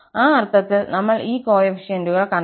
ആ അർത്ഥത്തിൽ നമ്മൾ ഈ കോഎഫിഷ്യന്റുകൾ കണ്ടെത്തി